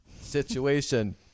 situation